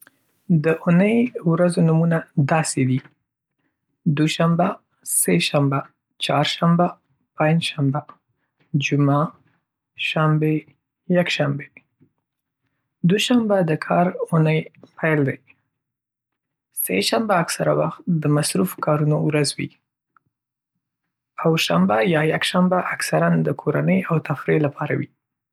د اونۍ ورځو نومونه داسې دي: دوشنبه، سه شنبه، چهارشنبه، پنجشنبه، جمعه، شنبه، یکشنبه. دوشنبه د کار اونۍ پیل دی. سه شنبه اکثره وخت د مصروف کارونو ورځ وي. او شنبه یا یکشنبه اکثراً د کورنۍ او تفریح لپاره وي.